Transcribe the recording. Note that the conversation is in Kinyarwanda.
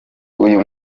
uyu